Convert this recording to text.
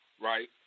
right